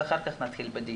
ואחר כך נתחיל בדיון.